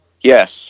Yes